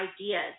ideas